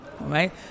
right